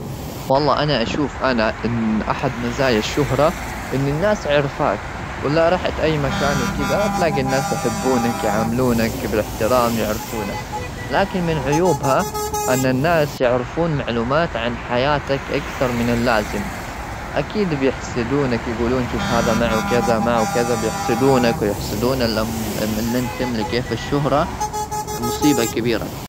والله أنا أشوف أنا أن أحد مزايا الشهرة أن الناس عرفاك، ولا رحت أي مكان وكذا. تلاجي الناس يحبونك، يعاملونك بالاحترام، يعرفونك. لكن من عيوبها أن الناس يعرفون معلومات عن حياتك أكثر من اللازم. أكيد بيحسدونك، يقولون: "شوف هذا معه كذا، معه كذا." بيحسدونك، ويحسدون من اللي أنت تملكه فالشهرة مصيبة كبيرة.